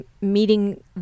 meeting